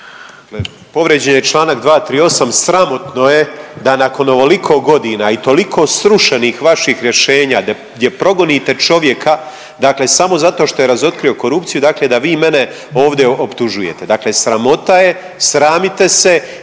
Povrijeđen je čl. 238. Sramotno je da nakon ovoliko godina i toliko srušenih vaših rješenja gdje progonite čovjeka, dakle samo zato što je razotkrio korupciju, dakle da vi mene ovdje optužujete. Dakle sramota je, sramite se